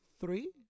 three